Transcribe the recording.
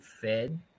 fed